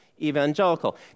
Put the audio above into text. evangelical